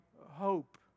hope